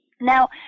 Now